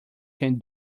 can